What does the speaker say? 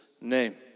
name